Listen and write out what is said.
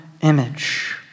image